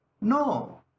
No